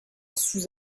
sous